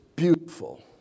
Beautiful